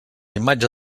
imatge